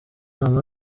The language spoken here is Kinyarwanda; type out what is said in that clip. inama